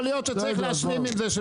יכול להיות שצריך להסכים עם זה.